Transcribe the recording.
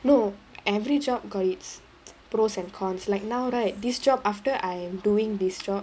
no every job got its pros and cons like now right this job after I am doing this job